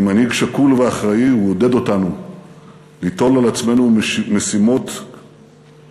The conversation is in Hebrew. כמנהיג שקול ואחראי הוא עודד אותנו ליטול על עצמנו משימות מורכבות,